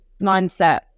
mindset